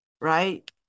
Right